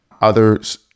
others